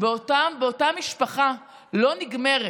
באותה משפחה לא נגמרת: